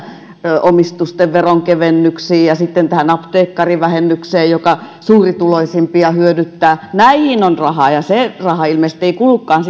metsäomistusten veronkevennyksiin ja tähän apteekkarivähennykseen joka suurituloisimpia hyödyttää näihin on rahaa ja se raha ilmeisesti ei kulukaan